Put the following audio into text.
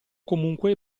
comunque